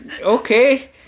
okay